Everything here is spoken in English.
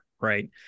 right